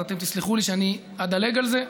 אז אתם תסלחו לי ואני אדלג על זה.